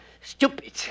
Stupid